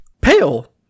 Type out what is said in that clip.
Pale